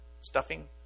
stuffing